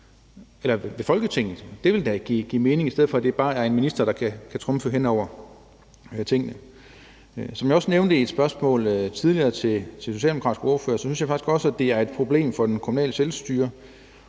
eller Folketinget? Det ville da give mening, i stedet for at det bare en minister, der kan trumfe ting igennem. Som jeg også nævnte i et spørgsmål tidligere til den socialdemokratiske ordfører, synes jeg faktisk også, det er et problem for det kommunale selvstyre.